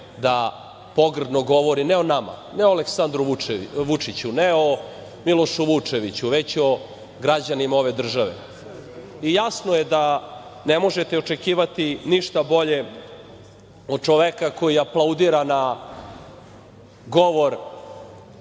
da pogrdo govori, ne o nama, ne o Aleksandru Vučiću, ne o Milošu Vučeviću, već o građanima ove države. Jasno je da ne možete očekivati ništa bolje od čoveka koji aplaudira na govor